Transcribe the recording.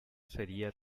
sería